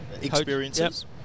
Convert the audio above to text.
experiences